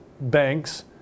banks